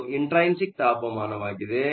ಅದು ಇಂಟ್ರೈನ್ಸಿಕ್ ತಾಪಮಾನವಾಗಿದೆ